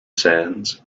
sands